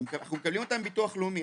אנחנו מקבלים אותם מביטוח לאומי,